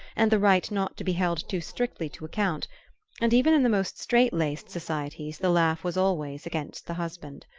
and the right not to be held too strictly to account and even in the most strait-laced societies the laugh was always against the husband.